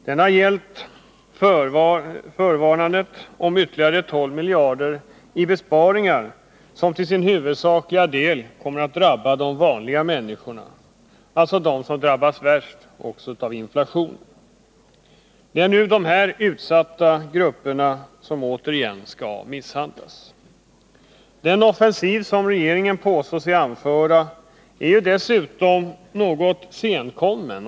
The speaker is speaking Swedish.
Den har också gällt ett förvarnande om ytterligare 12 miljarder kronor i besparingar, som till sin huvudsakliga del kommer att drabba de vanliga människorna, alltså dem som drabbas värst av inflationen. Det är nu dessa utsatta grupper som återigen skall misshandlas. Den offensiv som regeringen påstår sig anföra är dessutom något senkommen.